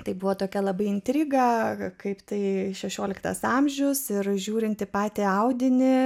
tai buvo tokia labai intrigą kaip tai šešioliktas amžius ir žiūrinti patį audinį